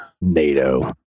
NATO